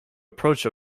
approach